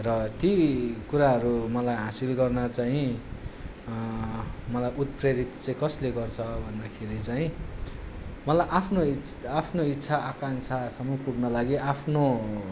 र ती कुराहरू मलाई हासिल गर्न चाहिँ मलाई उत्प्रेरित चाहिँ कसले गर्छ भन्दाखेरि चाहिँ मलाई आफ्नो इच आफ्नो इच्छा आकाङ्क्षासम्म पुग्न लागि आफ्नो